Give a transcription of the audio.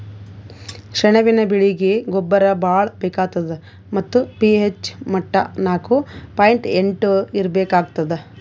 ಸೆಣಬಿನ ಬೆಳೀಗಿ ಗೊಬ್ಬರ ಭಾಳ್ ಬೇಕಾತದ್ ಮತ್ತ್ ಪಿ.ಹೆಚ್ ಮಟ್ಟಾ ನಾಕು ಪಾಯಿಂಟ್ ಎಂಟು ಇರ್ಬೇಕಾಗ್ತದ